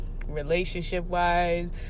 relationship-wise